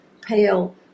pale